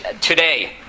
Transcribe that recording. today